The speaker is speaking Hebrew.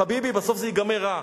חביבי, בסוף זה ייגמר רע.